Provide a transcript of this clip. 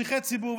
כשליחי ציבור,